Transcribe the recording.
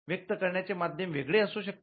व्यक्त करण्याचे माध्यम वेगळे असू शकते